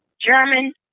German